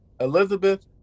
Elizabeth